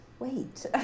Wait